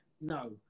No